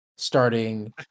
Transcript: starting